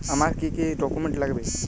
আমার কি কি ডকুমেন্ট লাগবে?